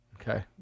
Okay